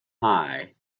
high